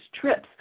trips